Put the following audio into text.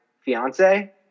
fiance